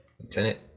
Lieutenant